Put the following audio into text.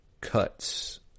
cuts